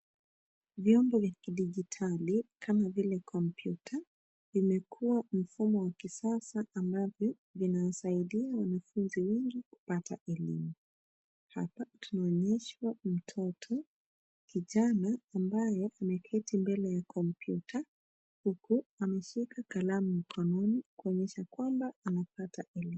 Vyombo vya kidijitali kama vile kompyuta, vimekuwa mfumo wa kisasa ambavyo vinawasaidia wanafunzi wengi kupata elimu. Hapa tunaonyeshwa mtoto kijana ambaye ameketi mbele ya kompyuta huku ameshika kalamu mkononi kuonyesha kwamba anapata elimu.